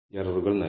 239 അതായത് 0